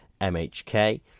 mhk